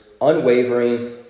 unwavering